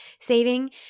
saving